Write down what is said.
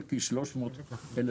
כ-300,000,